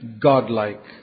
godlike